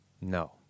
No